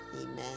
Amen